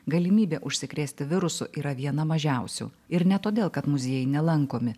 galimybė užsikrėsti virusu yra viena mažiausių ir ne todėl kad muziejai nelankomi